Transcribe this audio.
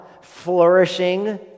flourishing